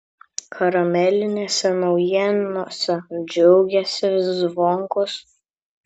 karamelinėse naujienose džiaugėsi zvonkus